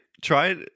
Try